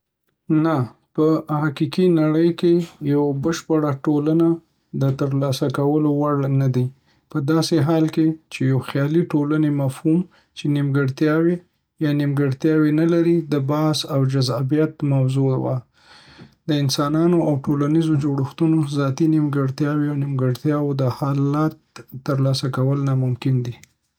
نه، په حقیقي نړۍ کې یوه بشپړه ټولنه د ترلاسه کولو وړ نه ده. پداسې حال کې چې د یوې خیالي ټولنې مفهوم، چې نیمګړتیاوې یا نیمګړتیاوې نلري، د بحث او جذابیت موضوع وه، د انسانانو او ټولنیزو جوړښتونو ذاتي نیمګړتیاوې او نیمګړتیاوې د داسې حالت ترلاسه کول ناممکن کوي.